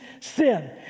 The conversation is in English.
sin